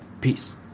Peace